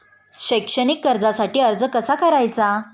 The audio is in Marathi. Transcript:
शैक्षणिक कर्जासाठी अर्ज कसा करायचा?